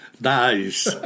Nice